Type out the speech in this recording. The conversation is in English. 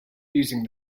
using